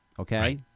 Okay